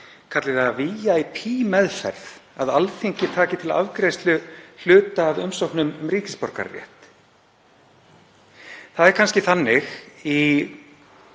kalli það VIP-meðferð að Alþingi taki til afgreiðslu hluta af umsóknum um ríkisborgararétt. Það er kannski þannig í